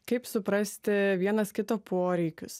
kaip suprasti vienas kito poreikius